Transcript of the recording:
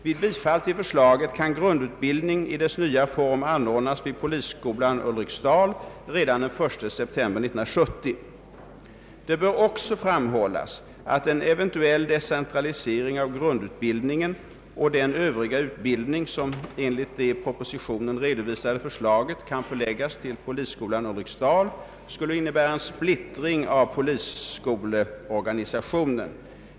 Vid bifall till förslaget kan grundutbildningen i dess nya form anordnas vid polisskolan i Ulriksdal redan den 1 september 1970. Det bör också framhållas att en eventuell decentralisering av grundutbildningen och den övriga utbildning som enligt de i propositionen redovisade förslagen kan förläggas till polisskolan i Ulriksdal skulle innebära en splittring av polisskoleorgani sationen.